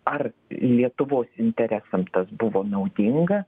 ar lietuvos interesam tas buvo naudinga